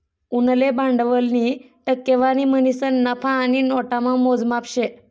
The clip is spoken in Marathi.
उनले भांडवलनी टक्केवारी म्हणीसन नफा आणि नोटामा मोजमाप शे